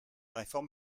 réforme